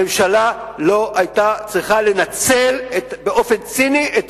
הממשלה לא היתה צריכה לנצל באופן ציני את